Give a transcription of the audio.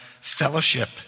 fellowship